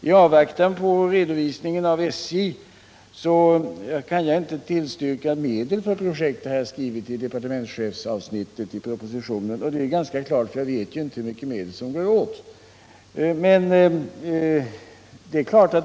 I avvaktan på redovisningen från SJ kan jag inte tillstyrka medel för projektet, har jag skrivit i departementschefsavsnittet i propositionen. Det är ganska klart, eftersom jag inte vet vilka medel som går åt.